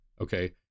okay